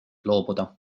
loobuda